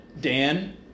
Dan